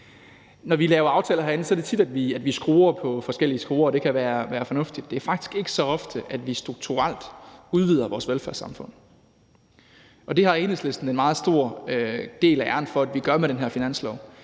Når vi laver aftaler herinde, er det tit ved, at vi skruer på forskellige skruer, og det kan være fornuftigt. Det er faktisk ikke så ofte, at vi strukturelt udvider vores velfærdssamfund. Og det har Enhedslisten en meget stor del af æren for at vi gør med den her finanslov,